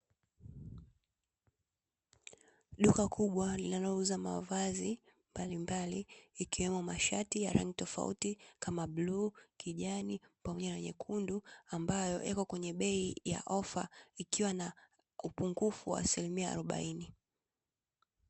Duka kubwa linalouza mavazi mbalimbali ikiwemo mashati ya rangi tofauti kama: bluu, kijani, pamoja na nyekundu, ambayo iko kwenye bei ya ofa ikiwa na upungufu wa asilimia arobaini.